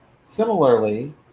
similarly